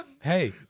Hey